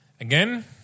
Again